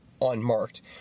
unmarked